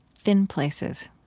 thin places.